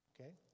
Okay